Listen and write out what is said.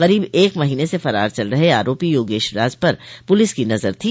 करीब एक महीने से फरार चल रहे आरोपी योगेश राज पर पुलिस की नजर थी